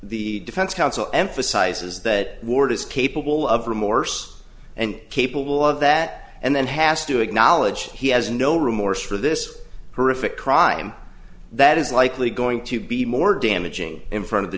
defense counsel emphasizes that ward is capable of remorse and capable of that and then has to acknowledge he has no remorse for this horrific crime that is likely going to be more damaging in front of the